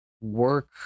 work